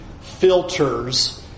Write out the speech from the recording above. filters